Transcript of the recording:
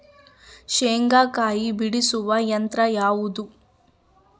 ಶೇಂಗಾಕಾಯಿ ಬಿಡಿಸುವ ಯಂತ್ರ ಯಾವುದು?